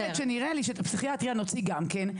כן ובגלל זה אני אומרת שנראה לי שאת הפסיכיאטריה נוציא גם כן,